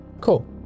cool